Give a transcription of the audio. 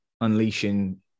unleashing